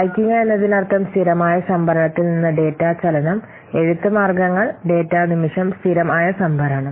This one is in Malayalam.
വായിക്കുക എന്നതിനർത്ഥം സ്ഥിരമായ സംഭരണത്തിൽ നിന്ന് ഡാറ്റാ ചലനം എഴുത്ത് മാർഗങ്ങൾ ഡാറ്റാ നിമിഷം സ്ഥിരമായ സംഭരണം